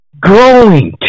growing